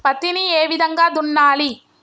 పత్తిని ఏ విధంగా దున్నాలి?